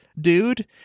dude